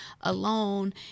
alone